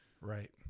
Right